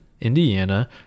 Indiana